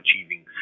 achieving